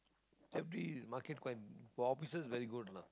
safety market quite for officers is very good lah